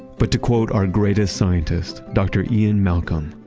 but to quote our greatest scientist, dr. ian malcolm,